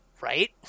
Right